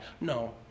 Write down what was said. No